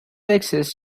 exists